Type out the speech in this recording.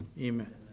amen